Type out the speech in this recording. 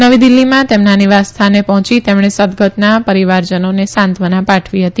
નવી દિલ્ફીમાં તેમના નિવાસ સ્થાને પહોંચી તેમણે સદગતના પરીવારજનોને સાંત્વના પાઠવી હતી